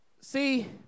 See